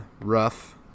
rough